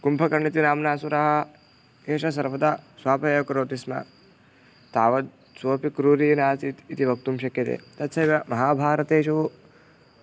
कुम्भकर्णः इति नाम्ना असुरः एषः सर्वदा स्वापम् एव करोति स्म तावद् सोपि क्रूरी नासीत् इति वक्तुं शक्यते तथैव महाभारतेषु